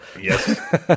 Yes